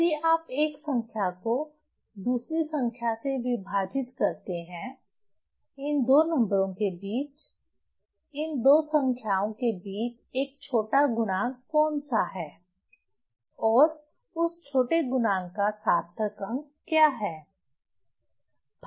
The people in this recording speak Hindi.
यदि आप एक संख्या को दूसरी संख्या से विभाजित करते हैं इन दो नंबरों के बीच इन दो संख्याओं के बीच एक छोटा गुणांक कौन सा है और उस छोटे गुणांक का सार्थक अंक क्या है